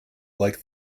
like